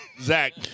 Zach